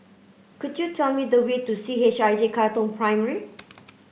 could you tell me the way to C H I J Katong Primary